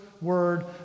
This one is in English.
word